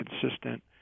consistent